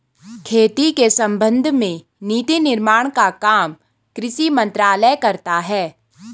खेती के संबंध में नीति निर्माण का काम कृषि मंत्रालय करता है